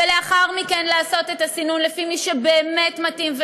ולאחר מכן לעשות את הסינון לפי מי שבאמת מתאים,